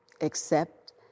accept